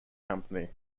company